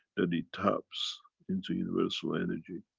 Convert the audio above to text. that he taps into universal energy.